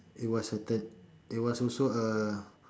it was a turn it was also a